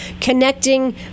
connecting